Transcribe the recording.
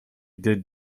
did